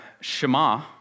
Shema